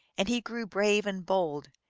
and he grew brave and bold,